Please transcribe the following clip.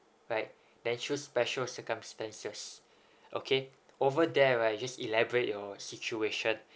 right then choose special circumstances okay over there right you just elaborate your situation